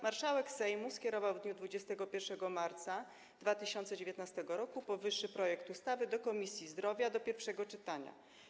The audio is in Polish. Marszałek Sejmu skierował w dniu 21 marca 2019 r. powyższy projekt ustawy do Komisji Zdrowia do pierwszego czytania.